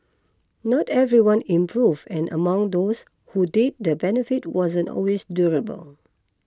not everyone improved and among those who did the benefit wasn't always durable